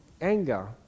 anger